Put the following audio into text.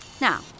Now